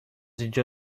اینجا